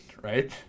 Right